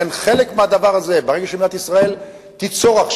ברגע שמדינת ישראל תיצור,